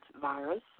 virus